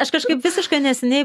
aš kažkaip visiškai neseniai